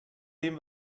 dem